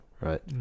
Right